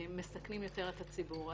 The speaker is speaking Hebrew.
מסכנים יותר את הציבור.